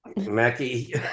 Mackie